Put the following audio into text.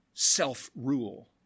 Self-rule